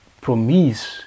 promise